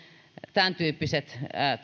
tämäntyyppiset